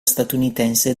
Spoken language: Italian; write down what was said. statunitense